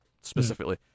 specifically